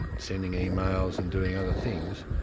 sending emails and doing other things,